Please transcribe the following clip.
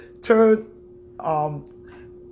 turn